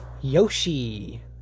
Yoshi